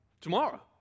Tomorrow